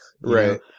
Right